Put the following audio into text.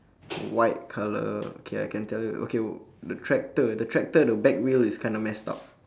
white colour K I can tell you okay the tractor the tractor the back wheel is kind of messed up